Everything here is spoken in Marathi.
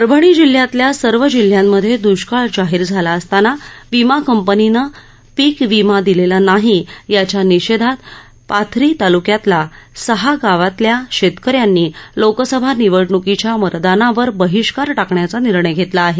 परभणी जिल्ह्यातल्या सर्व जिल्ह्यांमधे दुष्काळ जाहीर झाला असताना विमा कंपनीनं पीक विमा दिलेला नाही याच्या निषेधात पाथरी तालुक्यातला सहा गावातल्या शेतक यांनी लोकसभा निवडणुकीच्या मतदानावर बहिष्कार टाकण्याचा निर्णय घेतला आहे